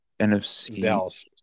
NFC